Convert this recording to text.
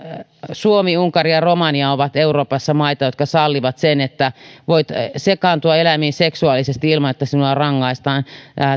suomi unkari ja romania ovat euroopassa maita jotka sallivat sen että voit sekaantua eläimiin seksuaalisesti ilman että sinua rangaistaan